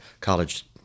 College